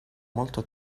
molto